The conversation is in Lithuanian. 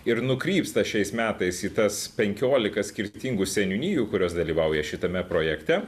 ir nukrypsta šiais metais į tas penkiolika skirtingų seniūnijų kurios dalyvauja šitame projekte